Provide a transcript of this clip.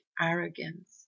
arrogance